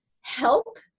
help